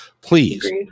please